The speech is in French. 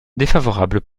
défavorable